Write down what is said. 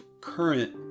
current